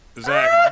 Zach